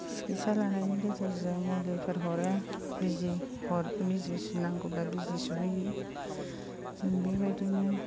सिखिसा लानायनि गेजेरजों मुलिफोर हरो बिजि सुनांगौब्ला बिजि सुहैयो जों बेबायदिनो